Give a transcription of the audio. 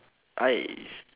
I